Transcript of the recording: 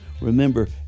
Remember